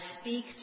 speak